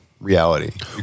reality